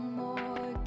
more